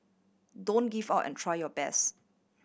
don't give up and try your best